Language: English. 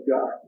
God